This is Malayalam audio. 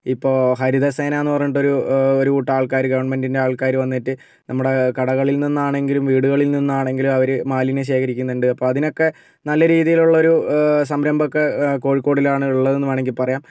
ഇപ്പോൾ ഹരിതസേനയെന്ന് പറഞ്ഞിട്ട് ഒരു ഒരു കൂട്ടം ആൾക്കാർ ഗവൺമെൻ്റിൻ്റെ ആൾക്കാർ വന്നിട്ട് നമ്മുടെ കടകളിൽ നിന്നാണെങ്കിലും വീടുകളിൽ നിന്നാണെങ്കിലും അവർ മാലിന്യം ശേഖരിക്കുന്നുണ്ട് അപ്പോൾ അതിനൊക്കെ നല്ല രീതിയിലുള്ള ഒരു സംരംഭം ഒക്കെ കോഴിക്കോടിലാണ് ഉള്ളതെന്ന് വേണമെങ്കിൽ പറയാം